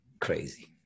Crazy